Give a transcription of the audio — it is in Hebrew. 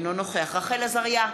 אינו נוכח רחל עזריה,